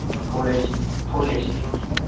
full A C full A C है उसमें